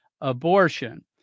Abortion